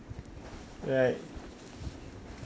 right